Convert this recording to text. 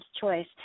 choice